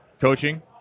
coaching